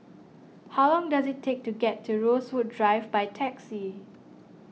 how long does it take to get to Rosewood Drive by taxi